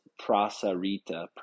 Prasarita